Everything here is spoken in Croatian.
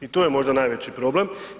I tu je možda najveći problem.